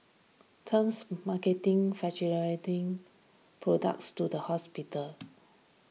terms marketing thing products to the hospitals